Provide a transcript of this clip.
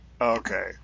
Okay